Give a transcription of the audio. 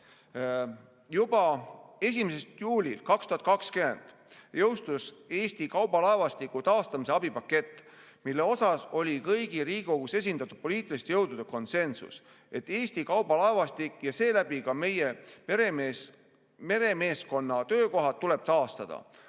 Juba 1. juulil 2020 jõustus Eesti kaubalaevastiku taastamise abipakett, mille osas oli kõigi Riigikogus esindatud poliitiliste jõudude konsensus, et Eesti kaubalaevastik ja seeläbi ka meie meremeeskonna töökohad tuleb taastada.